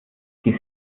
die